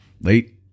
Late